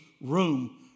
room